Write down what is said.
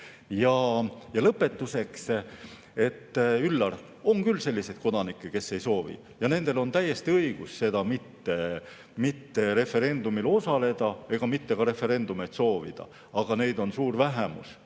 Ja lõpetuseks. Üllar, on küll selliseid kodanikke, kes ei soovi, ja nendel on täiesti õigus mitte referendumil osaleda ega mitte ka referendumeid soovida. Aga neid on vähemus.